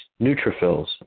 neutrophils